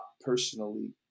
personally